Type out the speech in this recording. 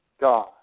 God